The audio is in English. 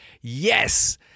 Yes